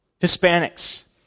Hispanics